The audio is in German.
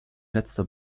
letzter